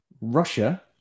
Russia